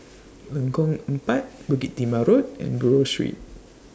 Lengkong Empat Bukit Timah Road and Buroh Street